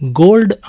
gold